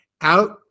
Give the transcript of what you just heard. out